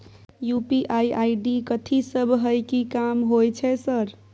UPI ID कथि सब हय कि काम होय छय सर?